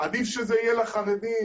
עדיף שזה יהיה לחרדים.